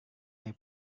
dari